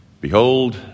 behold